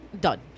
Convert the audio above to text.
done